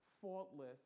faultless